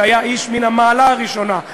שהיה איש מן המעלה הראשונה,